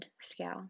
scale